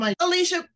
Alicia